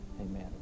amen